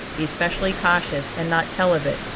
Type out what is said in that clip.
be specially cautious and not tell of it,